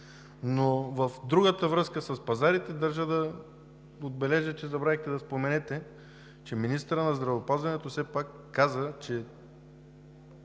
В другата връзка – с пазарите, държа да отбележа, че забравихте да споменете, че министърът на здравеопазването все пак каза, че